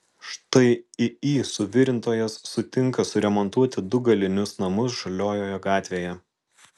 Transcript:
štai iį suvirintojas sutinka suremontuoti du galinius namus žaliojoje gatvėje